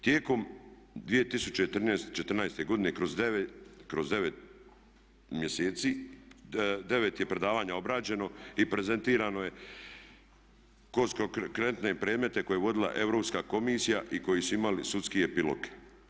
Tijekom 2014.godine kroz 9 mjeseci, 9 je predavanja obrađeno i prezentirano je kroz konkretne predmete koje je vodila Europska komisija i koji su imali sudski epilog.